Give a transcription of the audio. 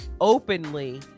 openly